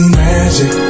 magic